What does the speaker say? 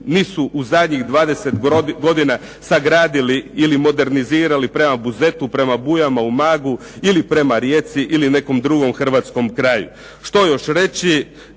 nisu u zadnjih 20 godina sagradili ili modernizirali prema Buzetu, prema Bujama, Umagu ili prema Rijeci ili nekom drugom hrvatskom kraju. Što još reći?